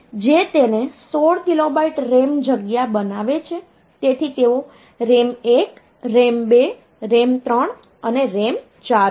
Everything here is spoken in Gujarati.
જે તેને 16KB RAM જગ્યા બનાવે છે તેથી તેઓ RAM1 RAM2 RAM3 અને RAM4 છે